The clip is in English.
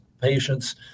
patients